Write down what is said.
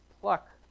pluck